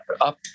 up